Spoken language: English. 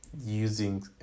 Using